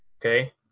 Okay